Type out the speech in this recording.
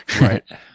right